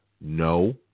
No